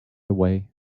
away